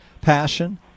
passion